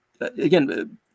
Again